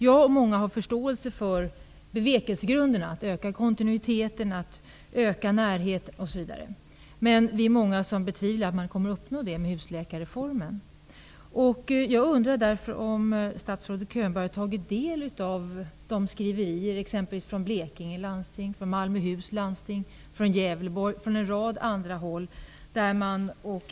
Jag och många har förståelse för bevekelsegrunderna, dvs. att öka kontinuiteten, öka närheten osv., men vi betvivlar att det kommer att uppnås med husläkarreformen. Jag undrar därför om statsrådet Könberg har tagit del av skriverierna, exempelvis från Blekinge, Malmöhus och Gävleborgs landsting och från en rad andra håll.